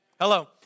Hello